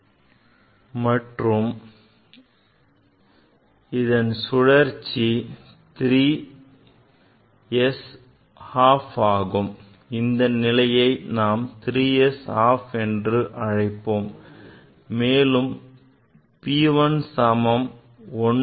3 s half this இந்த நிலையை நாம் 3 s half என்று அழைப்போம் மேலும் p l சமம் 1 மற்றும் s சமம் half